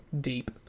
Deep